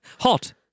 Hot